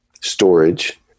storage